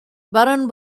baron